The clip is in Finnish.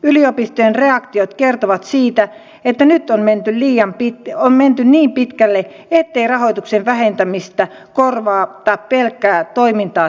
yliopistojen reaktiot kertovat siitä että nyt on menty niin pitkälle ettei rahoituksen vähentämistä korvata pelkkää toimintaa tehostamalla